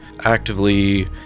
actively